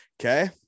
Okay